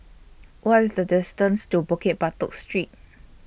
What IS The distance to Bukit Batok Street